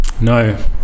No